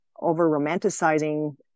over-romanticizing